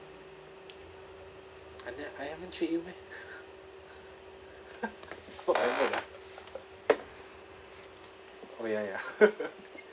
I ne~ I haven't treat you meh whatever lah oh ya ya